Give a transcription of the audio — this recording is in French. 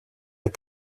est